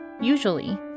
Usually